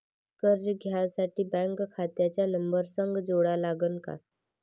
कर्ज घ्यासाठी बँक खात्याचा नंबर संग जोडा लागन का?